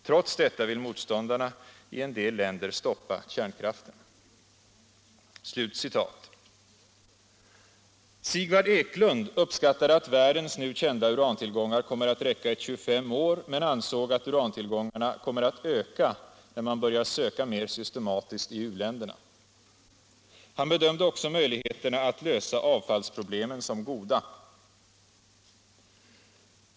Trots detta vill motståndarna i en del länder stoppa kärnkraften.” Sigvard Eklund uppskattade att världens nu kända urantillgångar kommer att räcka i 25 år men ansåg att urantillgångarna kommer att öka när man börjar söka mer systematiskt i u-länderna. Han bedömde också möjligheterna att lösa avfallsproblemen som goda.